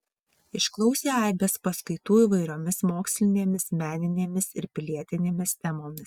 išklausė aibės paskaitų įvairiomis mokslinėmis meninėmis ir pilietinėmis temomis